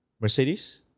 Mercedes